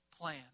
plan